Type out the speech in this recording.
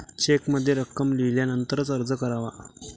चेकमध्ये रक्कम लिहिल्यानंतरच अर्ज करावा